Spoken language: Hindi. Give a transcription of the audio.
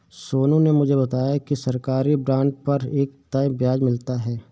सोनू ने मुझे बताया कि सरकारी बॉन्ड पर एक तय ब्याज मिलता है